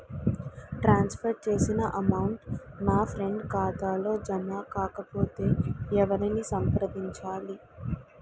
ట్రాన్స్ for చేసిన amount నా friend ఖాతాలో జమ కాకపొతే ఎవరిని సంప్రదించాలి?